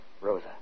Rosa